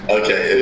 okay